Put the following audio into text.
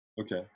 Okay